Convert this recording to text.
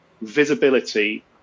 visibility